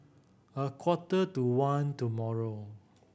a quarter to one tomorrow